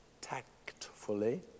tactfully